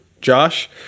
Josh